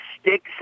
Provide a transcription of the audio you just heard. sticks